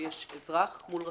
שיש אזרח מול רשות,